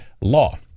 law